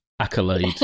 accolade